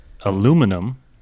aluminum